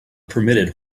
permitted